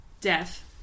death